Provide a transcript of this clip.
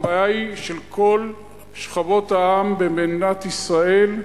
הבעיה היא של כל שכבות העם במדינת ישראל,